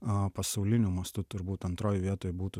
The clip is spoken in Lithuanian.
o pasauliniu mastu turbūt antroj vietoj būtų